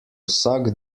vsak